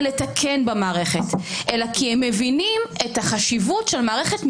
לתקן במערכת אלא כי הם מבינים את החשיבות של מערכת משפט,